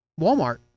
Walmart